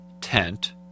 tent